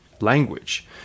language